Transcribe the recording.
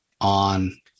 on